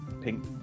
pink